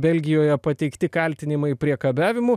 belgijoje pateikti kaltinimai priekabiavimu